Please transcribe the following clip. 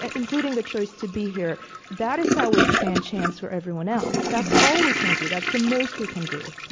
including the choice to be here that is how we expand chance for everyone else. that's all we can do. that's the most we can do